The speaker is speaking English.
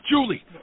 Julie